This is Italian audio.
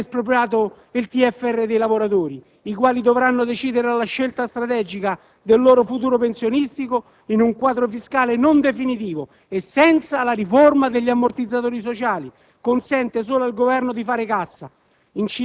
Avete espropriato il TFR dei lavoratori, i quali dovranno decidere la scelta strategica del loro futuro pensionistico in un quadro fiscale non definitivo e senza la riforma degli ammortizzatori sociali. Ciò consente solo al Governo di fare cassa.